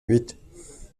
huit